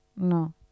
No